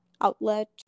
outlet